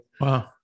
Wow